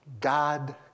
God